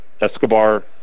Escobar